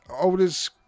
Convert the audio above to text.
Oldest